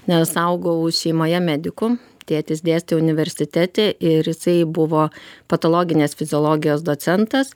nes augau šeimoje medikų tėtis dėstė universitete ir jisai buvo patologinės fiziologijos docentas